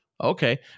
Okay